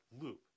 loop